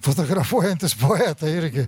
fotografuojantys poetai irgi